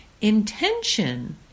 Intention